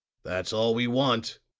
that's all we want,